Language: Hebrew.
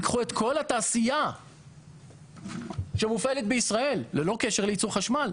תיקחו את כל התעשייה שמופעלת בישראל ללא קשר ליצור חשמל,